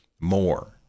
more